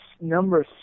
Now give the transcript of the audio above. number